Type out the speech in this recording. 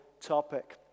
topic